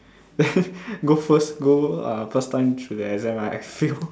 then go first go uh first time to the exam right I fail